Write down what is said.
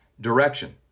direction